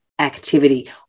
activity